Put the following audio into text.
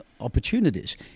opportunities